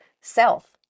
self